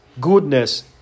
goodness